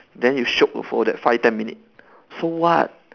then you shiok for that five ten minute so what